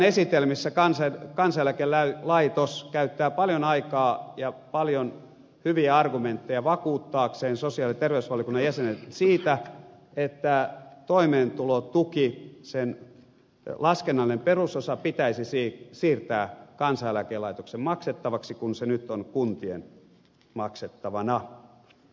näissä lauantain esitelmissä kansaneläkelaitos käyttää paljon aikaa ja paljon hyviä argumentteja vakuuttaakseen sosiaali ja terveysvaliokunnan jäsenet siitä että toimeentulotuen laskennallinen perusosa pitäisi siirtää kansaneläkelaitoksen maksettavaksi kun se nyt on kuntien maksettavana